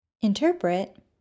Interpret